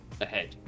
ahead